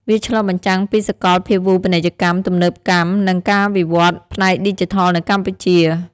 វាឆ្លុះបញ្ចាំងពីសកលភាវូបនីយកម្ម ទំនើបកម្ម និងការវិវឌ្ឍផ្នែកឌីជីថលនៅកម្ពុជា។